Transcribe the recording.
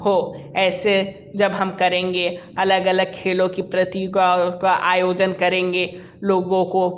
हो ऐसे जब हम करेंगे अलग अलग खेलों की प्रतिभाओं का आयोजन करेंगे लोगों को